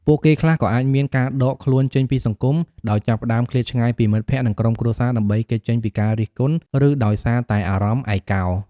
ពួកគេខ្លះក៏អាចមាន ការដកខ្លួនចេញពីសង្គម ដោយចាប់ផ្តើមឃ្លាតឆ្ងាយពីមិត្តភ័ក្តិ និងក្រុមគ្រួសារដើម្បីគេចចេញពីការរិះគន់ ឬដោយសារតែអារម្មណ៍ឯកោ។